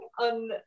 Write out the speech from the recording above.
on